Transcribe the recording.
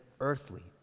earthly